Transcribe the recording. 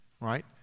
Right